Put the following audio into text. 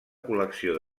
col·lecció